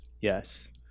Yes